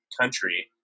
country